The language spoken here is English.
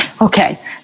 Okay